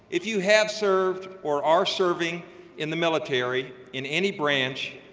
if you have served or are serving in the military in any branch,